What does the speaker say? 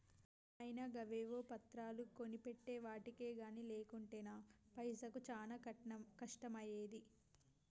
మా నాయిన గవేవో పత్రాలు కొనిపెట్టెవటికె గని లేకుంటెనా పైసకు చానా కష్టమయ్యేది